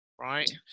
right